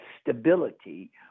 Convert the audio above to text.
stability